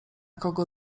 kogo